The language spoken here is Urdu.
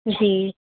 جی